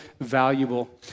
valuable